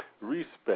Respect